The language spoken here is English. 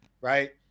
right